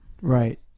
right